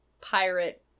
pirate-